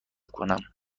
کنم